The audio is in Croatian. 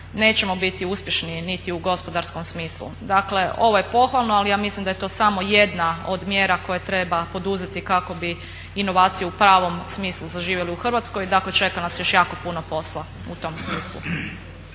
nećemo biti uspješni niti u gospodarskom smislu. Dakle ovo je pohvalno, ali ja mislim da je to samo jedna od mjera koje treba poduzeti kako bi inovacije u pravom smislu zaživjele u Hrvatskoj, dakle čeka nas još jako puno posla u tom smislu.